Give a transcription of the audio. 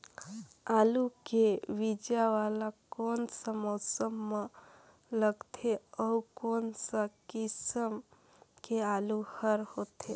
आलू के बीजा वाला कोन सा मौसम म लगथे अउ कोन सा किसम के आलू हर होथे?